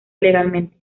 ilegalmente